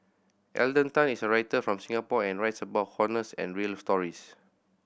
Alden Tan is a writer from Singapore and writes about honest and real stories